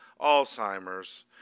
Alzheimer's